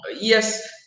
Yes